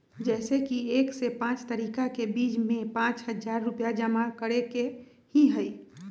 जैसे कि एक से पाँच तारीक के बीज में पाँच हजार रुपया जमा करेके ही हैई?